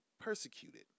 persecuted